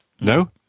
No